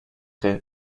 tren